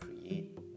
create